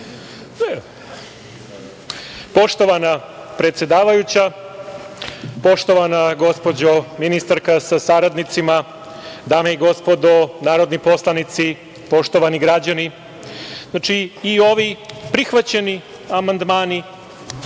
Poštovana predsedavajuća, poštovana gospođo ministarka sa saradnicima, dame i gospodo narodni poslanici, poštovani građani, znači, i ovi prihvaćeni amandmani,